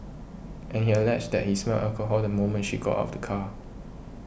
and he alleged that he smelled alcohol the moment she got out of the car